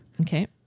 Okay